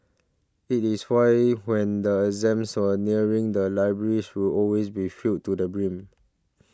it is why when the exams are nearing the libraries will always be filled to the brim